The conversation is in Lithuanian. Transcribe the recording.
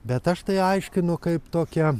bet aš tai aiškinu kaip tokią